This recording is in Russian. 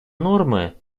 нормы